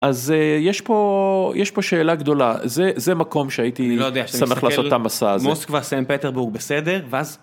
אז יש פה, יש פה שאלה גדולה, זה מקום שהייתי שמח לעשות את המסע הזה. מוסקבה סן פטרבורג בסדר, ואז?